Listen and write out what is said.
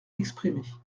exprimée